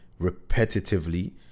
repetitively